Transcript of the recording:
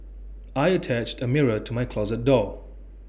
I attached A mirror to my closet door